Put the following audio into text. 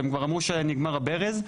שנגמר הברז.